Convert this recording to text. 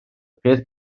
peth